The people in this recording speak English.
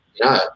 No